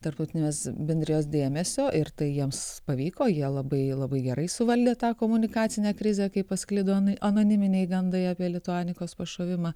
tarptautinės bendrijos dėmesio ir tai jiems pavyko jie labai labai gerai suvaldė tą komunikacinę krizę kai pasklido anui anoniminiai gandai apie lituanikos pašovimą